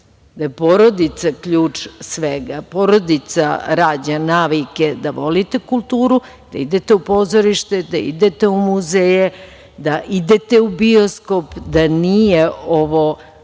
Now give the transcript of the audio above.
da je porodica ključ svega. Porodica rađa navike da volite kulturu, da idete u pozorište, da idete u muzeje, da idete u bioskop. Nije ovo